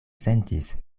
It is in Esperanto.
sentis